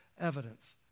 evidence